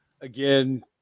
again